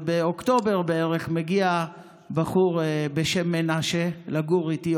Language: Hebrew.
ובאוקטובר בערך מגיע בחור בשם מנשה לגור איתי,